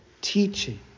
teaching